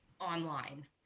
online